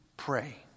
pray